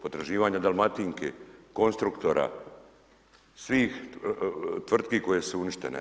Potraživanje Dalmatinke, Konstruktora, svih tvrtki koje su uništene.